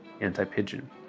anti-pigeon